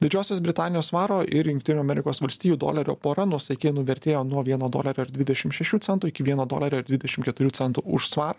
didžiosios britanijos svaro ir jungtinių amerikos valstijų dolerio pora nuosaikai nuvertėjo nuo vieno dolerio ir dvidešim šešių centų iki vieno dolerio ir dvidešim keturių centų už svarą